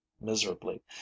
miserably